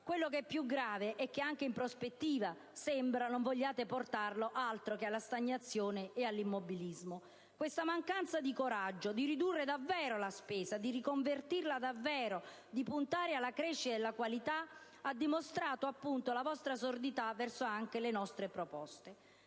Quello che è più grave è che, anche in prospettiva, sembra vogliate portarlo solo alla stagnazione e all'immobilismo. Questa mancanza di coraggio di ridurre davvero la spesa, di riconvertirla davvero e di puntare alla crescita e alla qualità si è manifestata anche nella vostra sordità verso le nostre proposte.